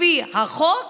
לפי החוק,